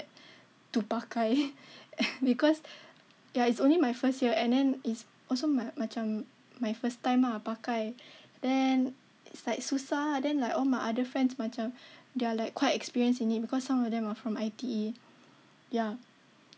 to pakai because ya it's only my first year and then is also my macam my first time ah pakai then it's like susah ah then like all my other friends macam they are like quite experienced in it because some of them are from I_T_E ya